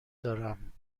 دارم